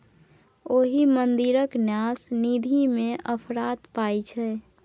ओहि मंदिरक न्यास निधिमे अफरात पाय छै